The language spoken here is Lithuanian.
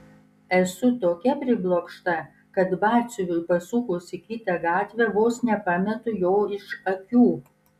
esu tokia priblokšta kad batsiuviui pasukus į kitą gatvę vos nepametu jo iš akių